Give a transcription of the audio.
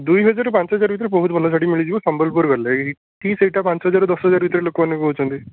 ଦୁଇହଜାରରୁ ପାଞ୍ଚହଜାର ଭିତରେ ବହୁତ ଭଲ ଶାଢ଼ୀ ମିଳିଯିବ ସମ୍ବଲପୁର ଗଲେ ଏଠି ସେଇଟା ପାଞ୍ଚ ହଜାରରୁ ଦଶହଜାର ଭିତରେ ଲୋକମାନେ କହୁଛନ୍ତି